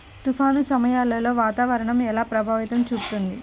తుఫాను సమయాలలో వాతావరణం ఎలా ప్రభావం చూపుతుంది?